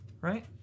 right